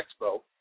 expo